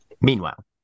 Meanwhile